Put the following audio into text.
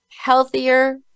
healthier